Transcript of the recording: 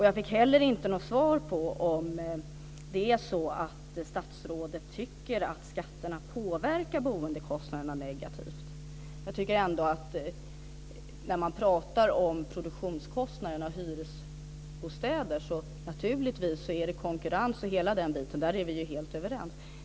Jag fick inte heller något svar på om det är så att statsrådet tycker att skatterna påverkar boendekostnaderna negativt. När man pratar om produktionskostnaden för hyresbostäder tycker jag naturligtvis att det handlar om konkurrens och hela den biten. Där är vi helt överens.